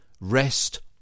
rest